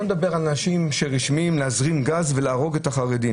ולא נדבר על אנשים שאומרים להזרים גז ולהרוג את החרדים